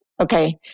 okay